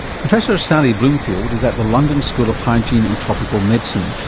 professor sally bloomfield is at the london school of hygiene and tropical medicine.